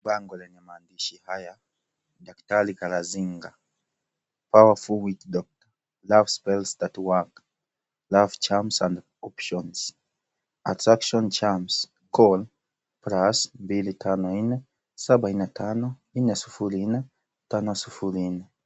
Bango lenye maandishi haya " Daktari Kalazinga, Powerful witch doctor, love spells that works, love champs and options, attraction champs, call + mbili, tano , nne ,Saba, nne , tano, nne, sufuri, nne, tano, sufuri, nne"